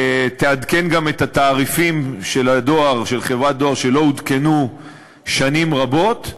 תעדכן גם את התעריפים של חברת הדואר שלא עודכנו שנים רבות,